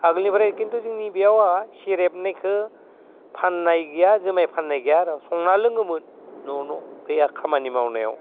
आगोलनिफ्राय खिन्थु जोंनि बेयावहा सेरेबनिखो फाननाय गैया जुमाइ फाननाय गैया आरो संना लोङोमोन न'वाव खामानि मावनायाव